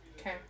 okay